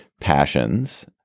passions